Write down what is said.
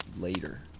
later